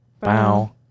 bow